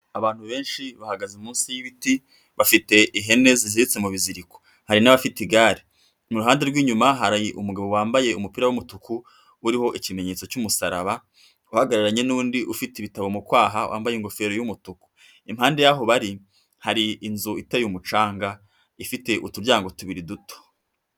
Abantu benshi bahagaze munsi y'ibiti bafite ihene zihetse mu biziriko, hari n'abafite igare, mu ruhande rw'inyuma hari umugabo wambaye umupira w'umutuku uriho ikimenyetso cy'umusaraba uhagararanye n'undi ufite ibitabo mu kwaha wambaye ingofero y'umutuku, impande y'aho bari hari inzu iteye umucanga ifite uturyango tubiri duto.